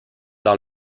dans